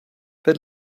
but